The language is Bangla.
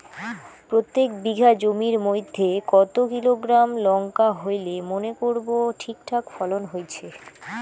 প্রত্যেক বিঘা জমির মইধ্যে কতো কিলোগ্রাম লঙ্কা হইলে মনে করব ঠিকঠাক ফলন হইছে?